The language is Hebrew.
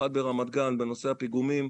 אחת ברמת גן, בנושא הפיגומים.